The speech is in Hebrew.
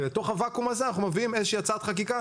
ולתוך הוואקום הזה אנחנו מביאים איזושהי הצעת חקיקה,